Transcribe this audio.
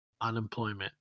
unemployment